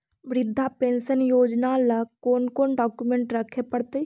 वृद्धा पेंसन योजना ल कोन कोन डाउकमेंट रखे पड़तै?